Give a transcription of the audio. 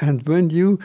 and when you